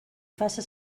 faça